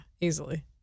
easily